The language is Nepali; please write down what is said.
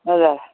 हजुर